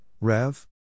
Rev